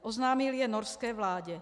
Oznámil je norské vládě.